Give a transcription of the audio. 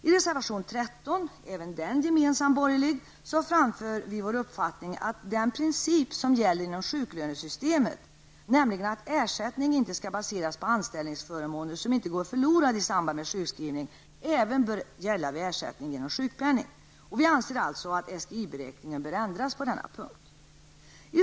I reservation 13, även den gemensam för de borgerliga partierna, framför vi vår uppfattning att den princip som gäller inom sjuklönesystemet, nämligen att ersättning inte skall baseras på anställningsförmåner som inte går förlorade i samband med sjukskrivning, även bör gälla vid ersättning genom sjukpenning. Vi anser alltså att SGI-beräkningen bör ändras på denna punkt.